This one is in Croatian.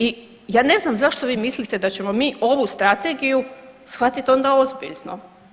I ja ne znam zašto vi mislite da ćemo mi ovu strategiju shvatiti onda ozbiljno.